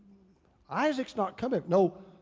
isaac's not coming? no,